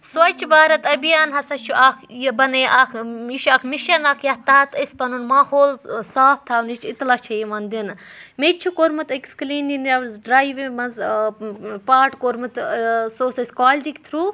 سُوچ بھارت أبھیان ہسا چھُ اکھ یہِ بَنٲی اکھ یہِ چھُ اکھ مِشَن اَکھ یَتھ تحت أسۍ پَنُن ماحول صاف تھاونٕچۍ اطلاع چھِ یِوان دِنہٕ میٚتہِ چھُ کوٚرمُت أکِس کٕلینلِنیٚس ڈرٛایوِ منٛز ٲں پارٹ کوٚرمُت ٲں سُہ اوٗس اسہِ کالجِکۍ تھرٛو